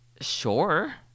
Sure